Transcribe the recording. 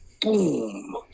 Boom